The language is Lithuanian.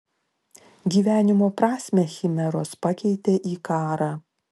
gyvenimo prasmę chimeros pakeitė į karą